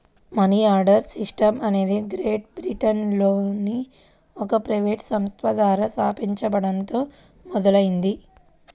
money order system అనేది great బ్రిటన్లోని ఒక ప్రైవేట్ సంస్థ ద్వారా స్థాపించబడటంతో మొదలైంది